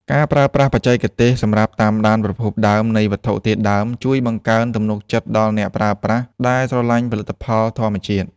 ការប្រើប្រាស់បច្ចេកវិទ្យាសម្រាប់តាមដានប្រភពដើមនៃវត្ថុធាតុដើម ជួយបង្កើនទំនុកចិត្តដល់អ្នកប្រើប្រាស់ដែលស្រឡាញ់ផលិតផលធម្មជាតិ។